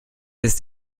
ist